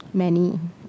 many